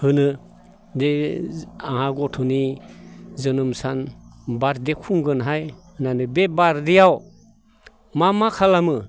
होनो बे आंहा गथ'नि जोनोम सान बार्डे खुंगोनहाय होननानै बे बार्डेआव मा मा खालामो